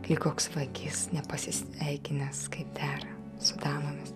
kaip koks vagis nepasisveikinęs kaip dera su damomis